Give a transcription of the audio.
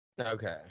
Okay